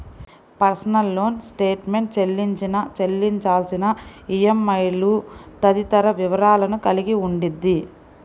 personal loan statement చెల్లించిన, చెల్లించాల్సిన ఈఎంఐలు తదితర వివరాలను కలిగి ఉండిద్ది